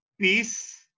peace